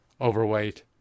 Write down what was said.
overweight